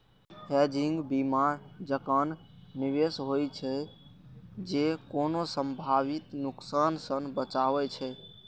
hedging बीमा जकां निवेश होइ छै, जे कोनो संभावित नुकसान सं बचाबै छै